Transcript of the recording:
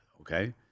okay